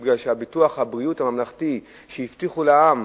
כי ביטוח הבריאות הממלכתי שהבטיחו לעם,